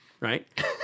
right